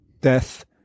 death